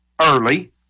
early